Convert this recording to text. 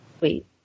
Wait